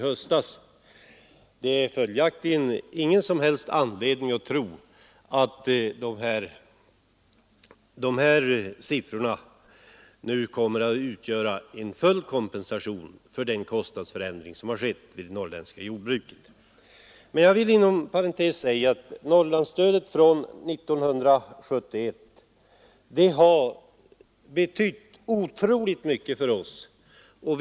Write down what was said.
Det finns följaktligen ingen som helst anledning att tro att dessa siffror innebär full kompensation för den kostnadsförändring som skett vid det norrländska jordbruket. Jag skulle inom parentes vilja säga att Norrlandsstödet från år 1971 har betytt otroligt mycket för oss jordbrukare.